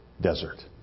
desert